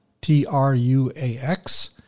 T-R-U-A-X